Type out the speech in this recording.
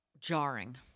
jarring